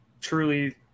truly